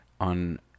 on